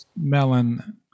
melon